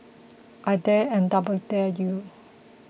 I dare and double dare you